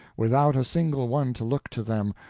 without a single one to look to them,